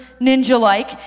ninja-like